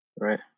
Right